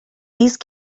these